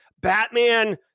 Batman